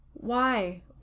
Why